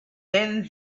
then